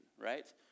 right